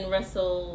Russell